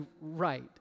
right